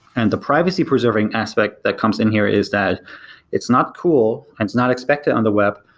and the privacy preserving aspect that comes in here is that it's not cool and it's not expected on the web,